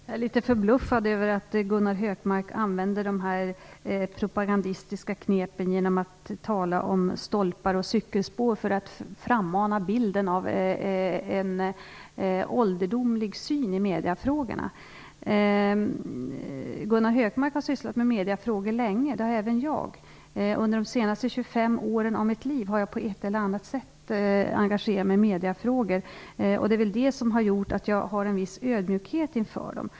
Herr talman! Jag är förbluffad över att Gunnar Hökmark använder de propagandistiska knepen att tala om stolpar och cykelspår för att frammana bilden av en ålderdomlig syn i mediefrågorna. Gunnar Hökmark har sysslat med mediefrågor länge. Det har jag också Under de senaste 25 åren har jag på ett eller annat sätt engagerat mig i mediefrågor. Det är väl det som har gjort att jag har en viss ödmjukhet inför dem.